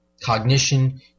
cognition